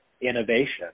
innovation